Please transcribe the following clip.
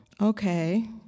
Okay